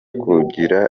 kugira